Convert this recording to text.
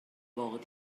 fod